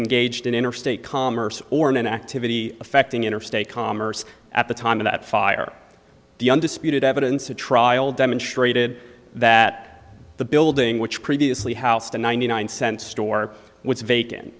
engaged in interstate commerce or an activity affecting interstate commerce at the time of that fire the undisputed evidence a trial demonstrated that the building which previously house the ninety nine cent store was vacant